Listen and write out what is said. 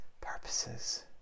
purposes